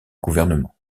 gouvernement